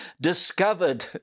discovered